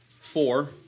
Four